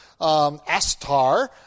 astar